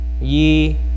ye